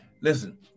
Listen